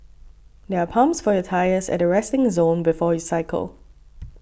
there are pumps for your tyres at the resting zone before you cycle